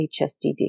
HSDD